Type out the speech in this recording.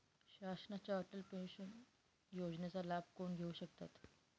शासनाच्या अटल पेन्शन योजनेचा लाभ कोण घेऊ शकतात?